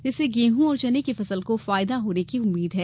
जिससे गेंहॅ और चने की फसल को फायदा होने की उम्मीद है